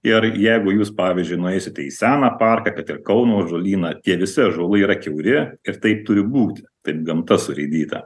ir jeigu jūs pavyzdžiui nueisite į seną parką kad ir kauno ąžuolyną tie visi ąžuolų yra kiauri ir taip turi būti taip gamta surėdyta